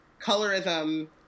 colorism